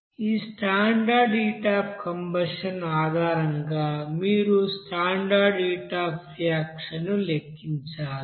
ఈ standard heat of combustion ఆధారంగా మీరు స్టాండర్డ్ హీట్ అఫ్ రియాక్షన్ ను లెక్కించాలి